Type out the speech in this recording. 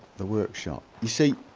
the workshop, you see